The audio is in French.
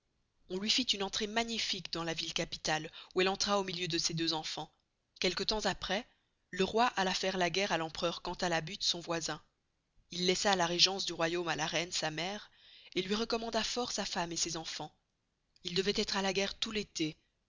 on luy fit une entrée magnifique dans la ville capitale où elle entra au milieu de ses deux enfans quelque temps aprés le roi alla faire la guerre à l'empereur cantalabutte son voisin il laissa la regence du royaume à la reine sa mere et luy recommanda fort sa femme et ses enfans il devoit estre à la guerre tout l'esté